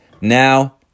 Now